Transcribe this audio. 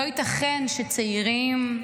לא ייתכן שצעירים,